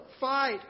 fight